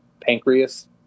pancreas